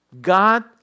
God